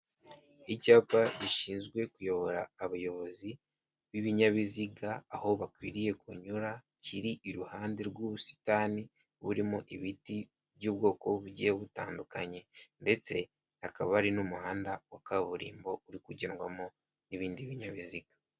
Icyapa gishinzwe kuyobora abayobozi b'ibinyabiziga, aho bakwiriye kunyura kiri iruhande rw'ubusitani burimo ibiti by'ubwoko bugiye butandukanye, ndetse hakaba ari n'umuhanda wa kaburimbo uri kugedwamo n'ibindi binyabiziga.